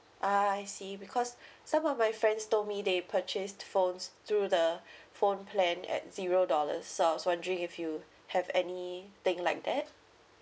ah I see because some of my friends told me they purchased phones through the phone plan at zero dollars so I was wondering if you have anything like that